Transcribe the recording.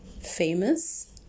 famous